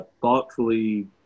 thoughtfully